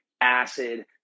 acid